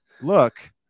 look